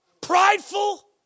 prideful